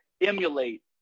emulate